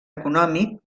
econòmic